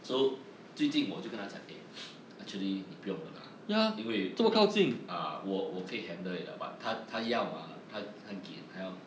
so 最近我就跟她讲 eh actually 你不用的 lah 因为我 ah 我我可以 handle it lah but 她她要吗她她 gain 她要